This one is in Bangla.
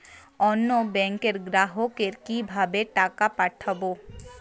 অন্য ব্যাংকের গ্রাহককে কিভাবে টাকা পাঠাবো?